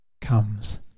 comes